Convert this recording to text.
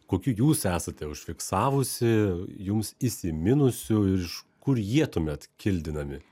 kokių jūs esate užfiksavusi jums įsiminusių ir iš kur jie tuomet kildinami